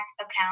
account